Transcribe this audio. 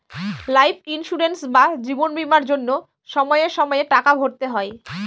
life insurance বা জীবন বীমার জন্য সময়ে সময়ে টাকা ভরতে হয়